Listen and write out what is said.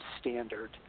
standard